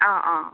অ অ